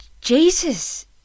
jesus